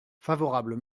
favorable